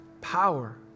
Power